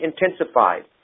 intensified